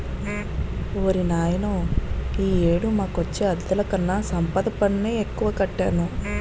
ఓర్నాయనో ఈ ఏడు మాకొచ్చే అద్దెలుకన్నా సంపద పన్నే ఎక్కువ కట్టాను